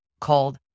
called